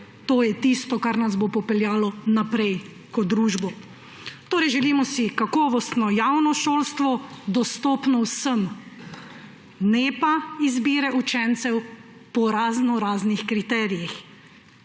To je tisto, kar nas bo popeljalo naprej kot družbo. Želimo si torej kakovostno javno šolstvo, dostopno vsem, ne pa izbire učencev po raznoraznih kriterijih,